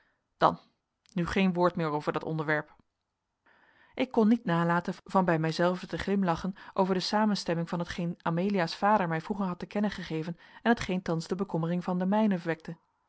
dan nu geen woord meer over dat onderwerp ik kon niet nalaten van bij mijzelven te glimlachen over de samenstemming van hetgeen amelia's vader mij vroeger had te kennen gegeven en hetgeen thans de bekommering van den mijnen